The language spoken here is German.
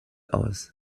aus